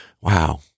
Wow